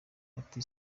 ati